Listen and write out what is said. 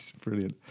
brilliant